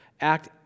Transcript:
act